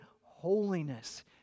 holiness